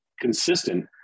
consistent